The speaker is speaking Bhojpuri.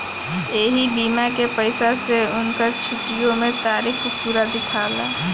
ऐही बीमा के पईसा से उनकर छुट्टीओ मे तारीख पुरा दियाला